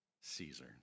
Caesar